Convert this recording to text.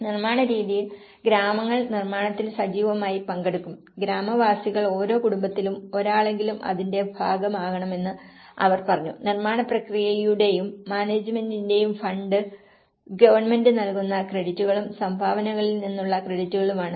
നിർമ്മാണ രീതിയിൽ ഗ്രാമങ്ങൾ നിർമ്മാണത്തിൽ സജീവമായി പങ്കെടുക്കും ഗ്രാമവാസികൾ ഓരോ കുടുംബത്തിലും ഒരാളെങ്കിലും അതിന്റെ ഭാഗമാകണമെന്ന് അവർ പറഞ്ഞു നിർമ്മാണ പ്രക്രിയയുടെയും മാനേജ്മെന്റിന്റെയും ഫണ്ട് ഗവൺമെന്റ് നൽകുന്ന ക്രെഡിറ്റുകളും സംഭാവനകളിൽ നിന്നുള്ള ക്രെഡിറ്റുകളും ആണ്